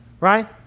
Right